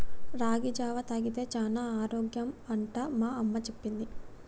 రాగి జావా తాగితే చానా ఆరోగ్యం అంట మా అమ్మ చెప్పింది